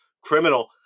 criminal